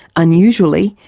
unusually,